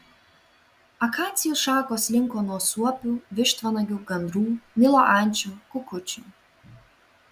akacijų šakos linko nuo suopių vištvanagių gandrų nilo ančių kukučių